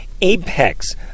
apex